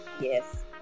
yes